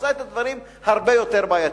עושה את הדברים הרבה יותר בעייתיים.